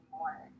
more